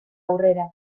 aurrera